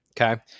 Okay